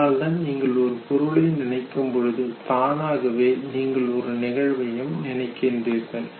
அதனால்தான் நீங்கள் ஒரு பொருளை நினைக்கும்போது தானாகவே நீங்கள் ஒரு நிகழ்வையும் நினைக்கின்றீர்கள்